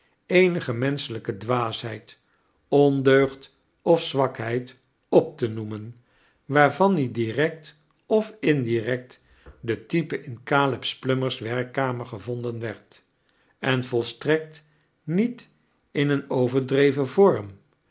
eenige menschelijke dwaasheid ondeugd of zwakheid op te noemen waarvan niet direct of indirect de type in caleb plummer's werkkamer gevonden werd en volstrekt niet in een overdreven vorm